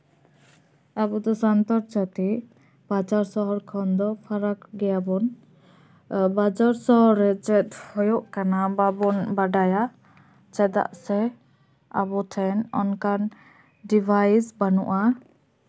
ᱟᱵᱚ ᱫᱚ ᱥᱟᱱᱛᱟᱲ ᱡᱟᱛᱤ ᱵᱟᱡᱟᱨ ᱥᱟᱦᱟᱨ ᱠᱷᱚᱱ ᱫᱚ ᱯᱷᱟᱨᱟᱠ ᱜᱮᱭᱟ ᱵᱚᱱ ᱮᱸᱜ ᱵᱟᱡᱟᱨ ᱥᱟᱦᱟᱨ ᱨᱮ ᱪᱮᱫ ᱦᱩᱭᱩᱜ ᱠᱟᱱᱟ ᱵᱟᱵᱚᱱ ᱵᱟᱰᱟᱭᱟ ᱪᱮᱫᱟᱜ ᱥᱮ ᱟᱵᱚ ᱴᱷᱮᱱ ᱚᱱᱠᱟᱱ ᱰᱤᱵᱷᱟᱭᱤᱥ ᱵᱟᱹᱱᱩᱜᱼᱟ